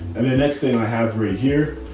and then next thing i have right here.